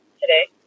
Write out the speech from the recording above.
today